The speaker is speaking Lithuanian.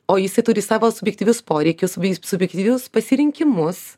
o jisai turi savo subjektyvius poreikius bei subjektyvius pasirinkimus